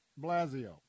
Blasio